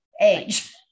age